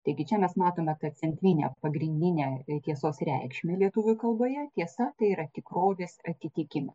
taigi čia mes matome kad centrinę pagrindinę tiesos reikšmę lietuvių kalboje tiesa tai yra tikrovės atitikimas